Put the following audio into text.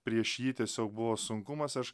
prieš jį tiesiog buvo sunkumas aš